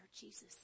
Jesus